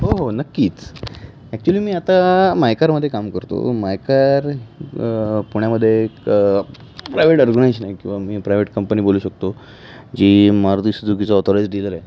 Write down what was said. हो हो नक्कीच ॲक्च्युली मी आता माय कारमध्ये काम करतो माय कार पुण्यामध्ये एक प्रायवेट ऑर्गनायशन आहे किंवा मी प्रायवेट कंपनी बोलू शकतो जी मारुती सुजुकीचं ऑथोराइज डीलर आहे